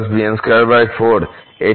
2